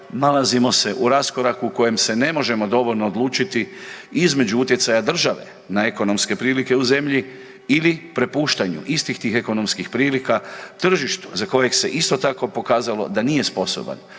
nalazimo se u raskoraku u kojem se ne možemo dovoljno odlučiti između utjecaja države na ekonomske prilike u zemlji ili prepuštanju istih tih ekonomskih prilika tržištu za kojeg se isto tako pokazalo da nije sposoban